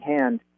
hand